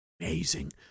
Amazing